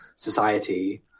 society